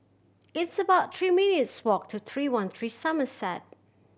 it's about three minutes' walk to Three One Three Somerset